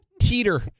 teeter